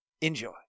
Enjoy